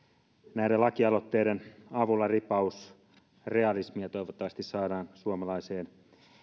näiden lakialoitteiden avulla ripaus realismia toivottavasti saadaan suomalaiseen